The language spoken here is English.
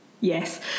Yes